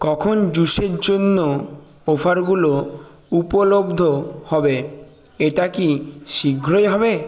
কখন জুসের জন্য অফারগুলো উপলব্ধ হবে এটা কি শীঘ্রই হবে